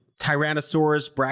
Tyrannosaurus